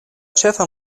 ĉefa